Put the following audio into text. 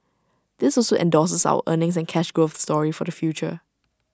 this also endorses our earnings and cash growth story for the future